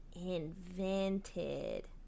invented